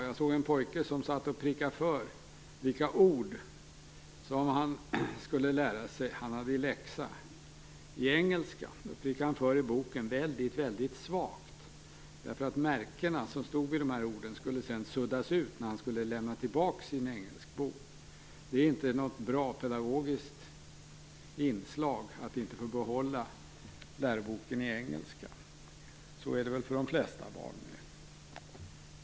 Jag såg en pojke som satt och prickade för vilka ord han skulle lära sig som läxa i engelska. Han prickade för orden i boken väldigt svagt - märkena i boken skulle nämligen suddas ut när han lämnade tillbaka sin engelskbok. Det är inte något bra pedagogiskt inslag att inte få behålla läroboken i engelska. Så är det väl för de flesta barn nu.